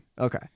Okay